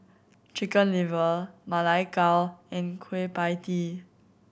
Chicken Liver Ma Lai Gao and Kueh Pie Tee